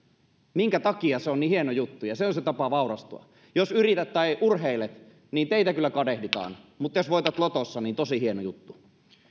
minkä takia se on niin hieno juttu ja se on se tapa vaurastua jos yrität tai urheilet niin sinua kyllä kadehditaan mutta jos voitat lotossa niin tosi hieno juttu